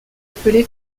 appelé